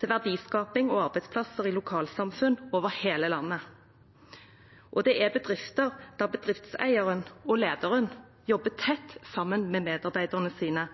til verdiskaping og arbeidsplasser i lokalsamfunn over hele landet. Det er bedrifter der bedriftseiere og lederen jobber tett sammen med medarbeiderne sine.